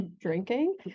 drinking